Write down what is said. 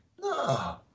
no